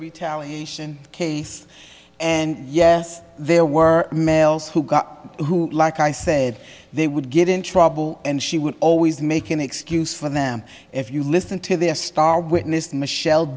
retaliation case and yes there were males who got who like i said they would get in trouble and she would always make an excuse for them if you listen to their star witness